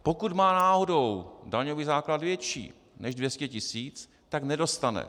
A pokud má náhodou daňový základ větší než 200 tisíc, tak nedostane.